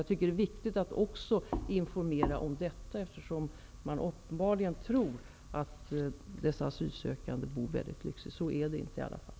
Jag tycker att det är viktigt att informera också om detta, eftersom många uppenbarligen tror att de asylsökande bor väldigt lyxigt, men så förhåller det sig inte.